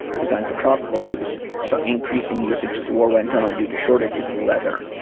designed for tropical use, saw increasing usage as war went on due to shortages of leather.